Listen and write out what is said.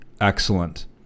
excellent